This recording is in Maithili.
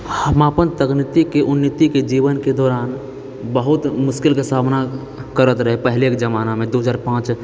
हम अपन तकनीकीके उन्नतिके जीवनके दौरान बहुत मुश्किलके सामना करैत रहै पहिले के जमानामे दू हजार पांँच